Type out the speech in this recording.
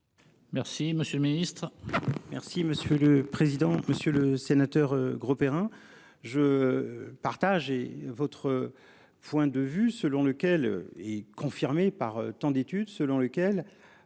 Merci, monsieur le Ministre.